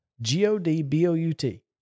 G-O-D-B-O-U-T